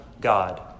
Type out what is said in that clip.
God